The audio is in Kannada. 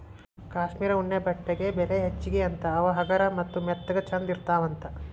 ಕಾಶ್ಮೇರ ಉಣ್ಣೆ ಬಟ್ಟೆಗೆ ಬೆಲಿ ಹೆಚಗಿ ಅಂತಾ ಅವ ಹಗರ ಮತ್ತ ಮೆತ್ತಗ ಚಂದ ಇರತಾವಂತ